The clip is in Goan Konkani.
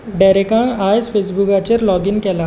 डॅरेका आयज फेसबुकाचेर लॉग इन केलां